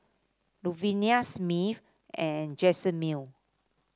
Luvenia Smith and Jazmyne